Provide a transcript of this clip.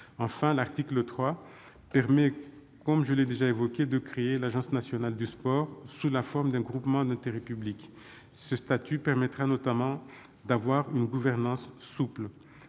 2024. L'article 3, comme je l'ai déjà évoqué, crée l'Agence nationale du sport sous la forme d'un groupement d'intérêt public. Ce statut permettra notamment d'avoir une gouvernance souple.